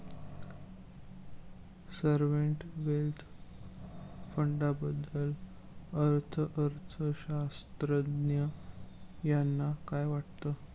Sovereign wealth फंडाबद्दल अर्थअर्थशास्त्रज्ञ यांना काय वाटतं?